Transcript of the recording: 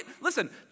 Listen